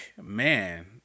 man